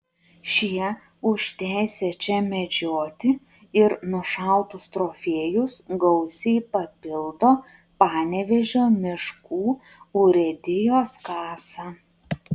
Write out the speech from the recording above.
šie už teisę čia medžioti ir nušautus trofėjus gausiai papildo panevėžio miškų urėdijos kasą